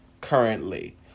currently